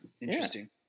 Interesting